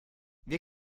wir